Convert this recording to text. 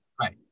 Right